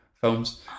films